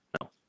No